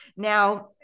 Now